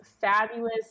fabulous